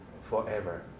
forever